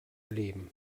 erleben